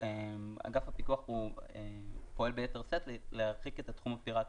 אגף הפיקוח פועל ביתר שאת להרחיק את התחום הפירטי.